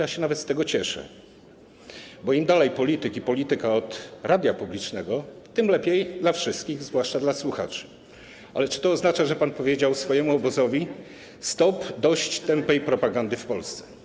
Ja się nawet z tego cieszę, bo im dalej polityka od radia publicznego, tym lepiej dla wszystkich, zwłaszcza dla słuchaczy, ale czy to oznacza, że pan powiedział swojemu obozowi: stop, dość tępej propagandy w Polsce?